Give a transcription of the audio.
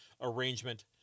arrangement